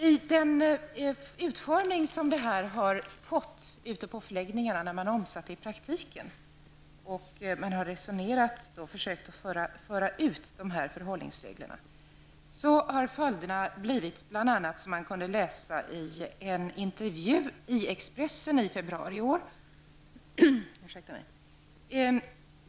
Följderna av dessa förhållningsregler har ute på förläggningarna, när man har försökt föra ut dem och omsätta dem i praktiken, bl.a. blivit sådana som man kunde läsa om i en intervju i Expressen i februari i år.